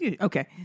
Okay